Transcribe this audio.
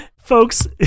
Folks